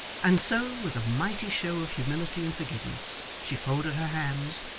and so, with a mighty show of humility and forgiveness, she folded her hands,